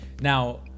now